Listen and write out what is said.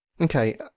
Okay